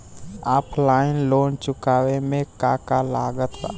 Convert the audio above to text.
Offline loan चुकावे म का का लागत बा?